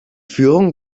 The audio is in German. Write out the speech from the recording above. führung